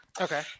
Okay